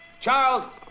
Charles